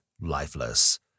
lifeless